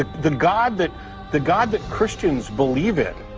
ah the god that the god that christians believe it